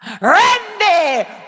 Randy